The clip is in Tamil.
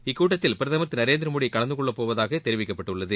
இக்கூட்டத்தில் பிரதமர் திரு நரேந்திரமோடி கலந்தகொள்ளப்போவதாக தெரிவிக்கப்பட்டுள்ளது